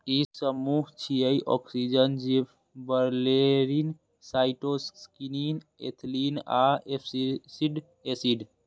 ई समूह छियै, auxin, gibberellin, cytokinin, ethylene आ एब्सिसिक एसिड